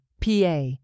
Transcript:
PA